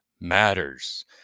matters